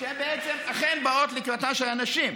שהן בעצם אכן באות לקראתן של הנשים.